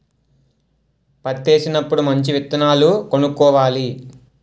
పత్తేసినప్పుడు మంచి విత్తనాలు కొనుక్కోవాలి